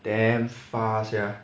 damn far sia